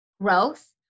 growth